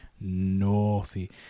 naughty